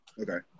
okay